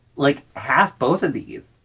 like, halve both of these.